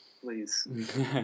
please